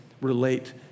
relate